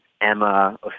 Emma